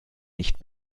nicht